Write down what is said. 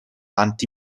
anti